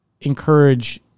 encourage